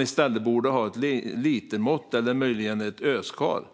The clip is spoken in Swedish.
I stället borde man ha ett litermått eller möjligen ett öskar.